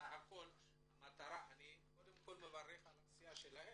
אני מברך על העשייה שלהם.